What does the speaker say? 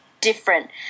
different